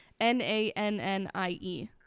N-A-N-N-I-E